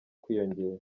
kwiyongera